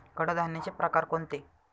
कडधान्याचे प्रकार कोणते?